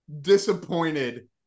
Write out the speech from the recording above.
disappointed